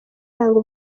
iranga